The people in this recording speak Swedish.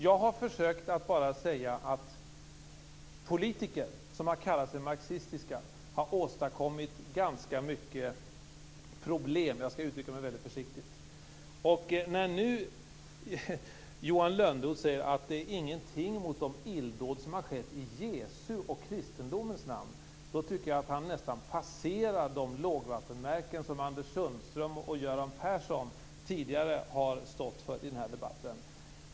Jag har bara försökt säga att politiker som har kallat sig för marxistiska har åstadkommit ganska mycket problem, för att uttrycka mig väldigt försiktigt. När Johan Lönnroth nu säger att det inte är någonting jämfört med de illdåd som har skett i Jesu och kristendomens namn tycker jag att han nästan passerar de lågvattenmärken som Anders Sundström och Göran Persson tidigare har stått för i den här debatten.